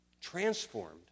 transformed